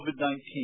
COVID-19